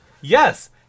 yes